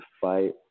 fight